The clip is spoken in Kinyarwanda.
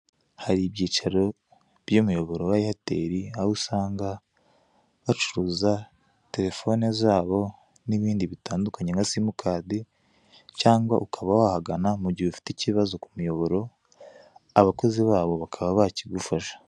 Hari ibyicaro by'umuyoboro wa Airtel aho usanga bacuruza telefone zabo n'ibindi bitandukanye nka simu card, cyangwa ukaba wahagana mu gihe ufite ikibazo ku muyoboro, abakozi babo bakaba bakigufasha.